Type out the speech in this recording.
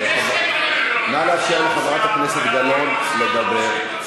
נא לאפשר לחברת הכנסת גלאון לדבר.